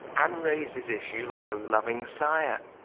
and raise his issue like a louing sire.